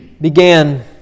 began